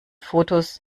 fotos